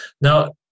Now